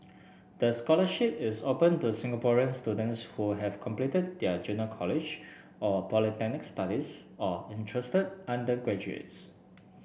the scholarship is open to Singaporean students who have completed their junior college or polytechnic studies or interested undergraduates